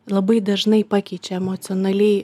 labai dažnai pakeičia emocionaliai